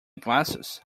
glasses